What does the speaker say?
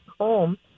home